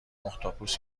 اختاپوس